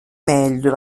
meglio